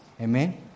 Amen